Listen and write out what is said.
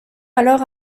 alors